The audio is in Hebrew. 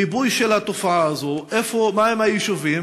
מיפוי של התופעה הזאת, מה הם היישובים,